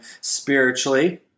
spiritually